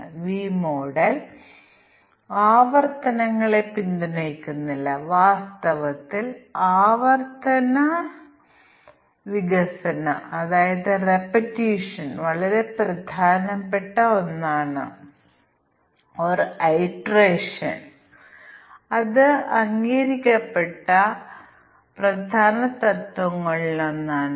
എന്നാൽ ഇത് ഒപ്റ്റിമൈസ് ചെയ്യുന്നതിന് ഞങ്ങൾക്ക് ഒരു സാധ്യതയുണ്ട് കാരണം ഇവയിൽ ചിലത് യഥാർത്ഥത്തിൽ നിബന്ധനകൾ പരിഗണിക്കുന്നില്ല ഇത് ഒരു ആഭ്യന്തര വിമാനമാണെങ്കിൽ അതിന്റെ ടിക്കറ്റ് വില 3000 ൽ താഴെയാണെങ്കിൽ അത് പകുതിയിലധികം നിറഞ്ഞിട്ടുണ്ടോ ഇല്ലയോ എന്ന് ഞങ്ങൾ ശരിക്കും പരിശോധിക്കേണ്ടതില്ല ഇത് ഒരു ശ്രദ്ധിക്കേണ്ട കാര്യമല്ല